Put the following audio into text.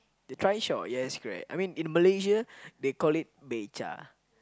the trishaw yes correct I mean in Malaysia they call it beca